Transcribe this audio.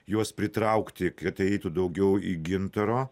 juos pritraukti kad eitų daugiau į gintaro